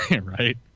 Right